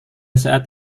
saat